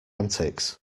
antics